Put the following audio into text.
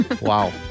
Wow